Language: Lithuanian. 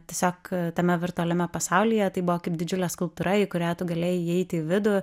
tiesiog tame virtualiame pasaulyje tai buvo kaip didžiulė skulptūra į kurią tu galėjai įeiti į vidų